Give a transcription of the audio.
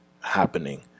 happening